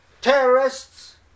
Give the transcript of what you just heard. terrorists